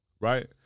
right